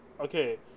okay